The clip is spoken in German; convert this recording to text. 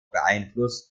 beeinflusst